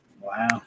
Wow